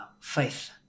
faith